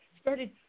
started